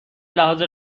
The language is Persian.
لحاظ